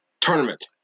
tournament